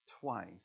twice